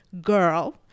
girl